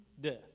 death